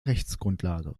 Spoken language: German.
rechtsgrundlage